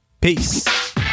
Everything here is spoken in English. Peace